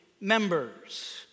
members